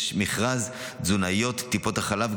יש מכרז תזונאיות טיפות החלב,